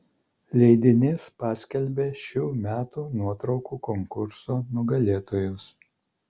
leidinys paskelbė šių metų nuotraukų konkurso nugalėtojus